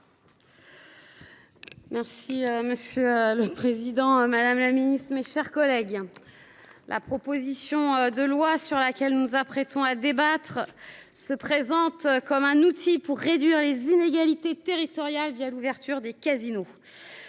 Merci monsieur. Le Président Madame la Ministre, mes chers collègues. La proposition de loi sur laquelle nous nous apprêtons à débattre, se présente comme un outil pour réduire les inégalités territoriales, via l'ouverture des casinos.